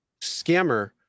scammer